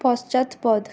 পশ্চাৎপদ